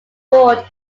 bored